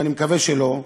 ואני מקווה שלא,